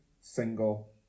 single